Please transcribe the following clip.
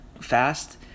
fast